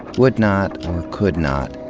would not, or could not,